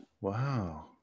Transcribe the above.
Wow